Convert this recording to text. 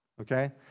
okay